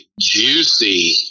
juicy